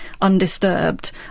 undisturbed